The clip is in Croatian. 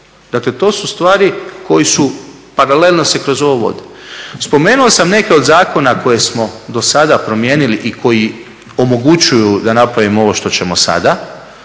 Dakle, to su stvari koje se koje se paralelno kroz ovo vode. Spomenuo sam neke od zakona koje smo dosada promijenili i koji omogućuju da napravimo ovo što ćemo sada,